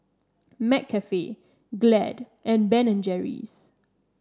McCafe Glade and Ben and Jerry's